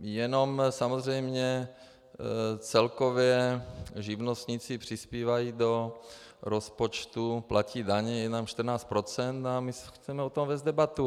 Jenom samozřejmě celkově živnostníci přispívají do rozpočtu, platí daně jenom 14 %, a my chceme o tom vést debatu.